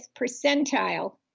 percentile